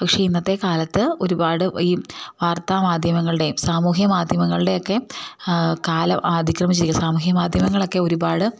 പക്ഷേ ഇന്നത്തെ കാലത്ത് ഒരുപാട് ഈ വാർത്താ മാധ്യമങ്ങളുടെയും സാമൂഹ്യ മാധ്യമങ്ങളുടെയൊക്കെ കാലം അതിക്രമിച്ചിരിക്കുന്നു സാമൂഹ്യ മാധ്യമങ്ങളൊക്കെ ഒരുപാട്